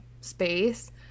space